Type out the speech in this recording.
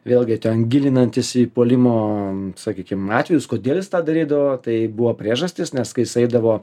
vėlgi ten gilinantis į puolimo sakykim atvejus kodėl jis tą darydavo tai buvo priežastys nes kai jis eidavo